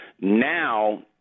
Now